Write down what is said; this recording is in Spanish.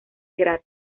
gratis